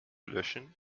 löschen